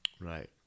Right